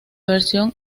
versión